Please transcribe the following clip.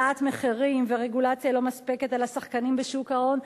העלאת מחירים ורגולציה לא מספקת על השחקנים בשוק ההון,